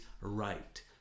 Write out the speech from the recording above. right